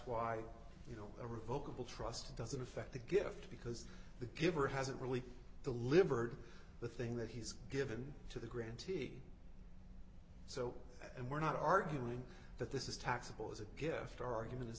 why you know a revokable trust doesn't affect the gift because the giver hasn't really the livered the thing that he's given to the grantee so and we're not arguing that this is taxable as a gift our argument is